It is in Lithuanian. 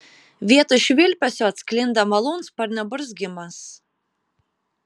vietoj švilpesio atsklinda malūnsparnio burzgimas